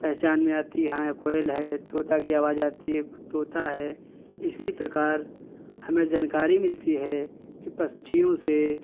पहचान में आती है हाँ यह कोयल है तोता की आवाज आती है तोता है इसी प्रकार हमें जानकारी मिलती है कि पक्षियों से